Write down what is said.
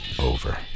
over